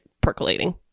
percolating